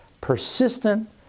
persistent